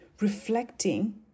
reflecting